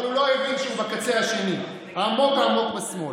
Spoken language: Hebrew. אבל הוא לא הבין שהוא בקצה השני, עמוק עמוק בשמאל.